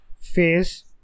face